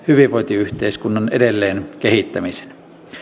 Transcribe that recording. hyvinvointiyhteiskunnan edelleenkehittämisen